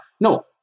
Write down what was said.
No